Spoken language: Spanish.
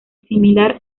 similar